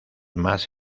más